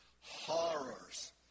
horrors